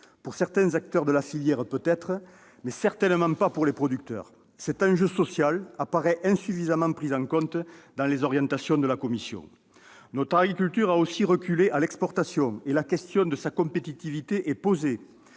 de certains acteurs des filières, mais certainement pas des producteurs. Cet enjeu social apparaît insuffisamment pris en compte dans les orientations de la Commission. Notre agriculture a aussi reculé à l'exportation et la question de sa compétitivité est posée.